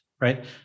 right